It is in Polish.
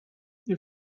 nie